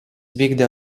vykdė